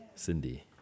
Cindy